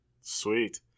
Sweet